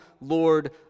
Lord